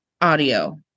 audio